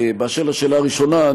אשר לשאלה הראשונה,